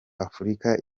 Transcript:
afurika